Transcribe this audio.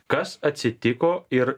kas atsitiko ir